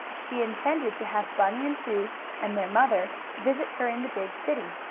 she intended to have bunny and sue and their mother visit her in the big city.